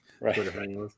right